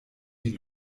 die